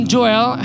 Joel